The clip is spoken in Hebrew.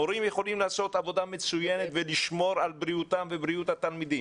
המורים יכולים לעשות עבודה מצוינת ולשמור על בריאותם ובריאות התלמידים.